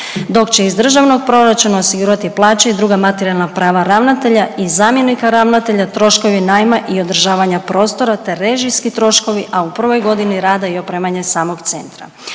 dok će iz državnog proračuna osigurati plaće i druga materijalna prava ravnatelja i zamjenika ravnatelja, troškovi najma i održavanja prostora te režijski troškovi, a u prvoj godini rada i opremanje samog Centra.